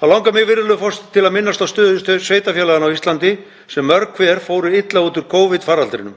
Þá langar mig, virðulegur forseti, til að minnast á stöðu sveitarfélaganna á Íslandi sem mörg hver fóru illa út úr Covid-faraldrinum.